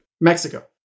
Mexico